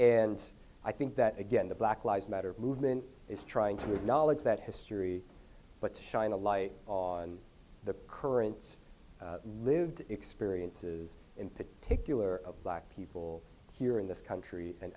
and i think that again the black lives matter movement is trying to acknowledge that history but to shine a light on the current lived experiences in particular of black people here in this country and